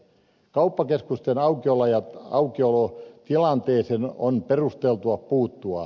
kauppakeskusten aukiolotilanteeseen on perusteltua puuttua